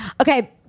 Okay